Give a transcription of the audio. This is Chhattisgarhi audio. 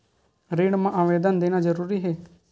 ऋण मा आवेदन देना जरूरी हे?